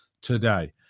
today